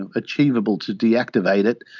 and achievable to deactivate it,